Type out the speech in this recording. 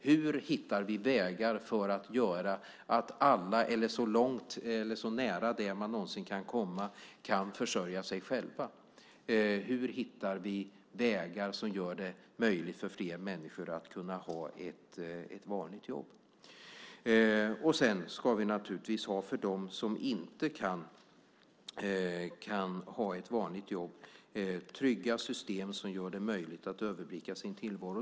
Hur hittar vi vägar så att alla, eller så nära det målet man någonsin kan komma, kan försörja sig själva? Hur hittar vi vägar som gör det möjligt för fler människor att kunna ha ett vanligt jobb? Sedan ska vi naturligtvis ha trygga system för dem som inte kan ha ett vanligt jobb så att det blir möjligt för dem att överblicka sin tillvaro.